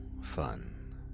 fun